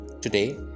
today